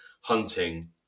hunting